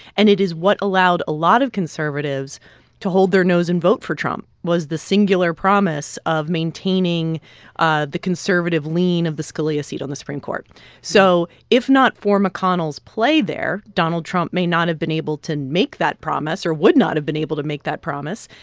and it is what allowed a lot of conservatives to hold their nose and vote for trump was the singular promise of maintaining ah the conservative lean of the scalia seat on the supreme court so if not for mcconnell's play there, donald trump may not have been able to make that promise or would not have been able to make that promise.